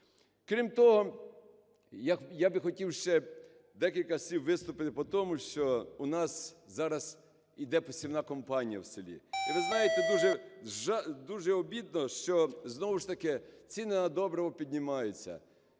Крім того, я би хотів ще декілька слів виступити по тому, що у нас зараз іде посівна кампанія в селі. І, ви знаєте, дуже обідно, що знову ж таки ціни на добриво піднімаються.